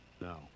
no